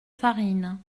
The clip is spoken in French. farine